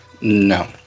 No